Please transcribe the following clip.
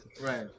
Right